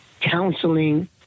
counseling